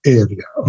area